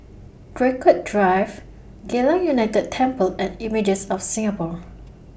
Draycott Drive Geylang United Temple and Images of Singapore